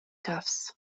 cuffs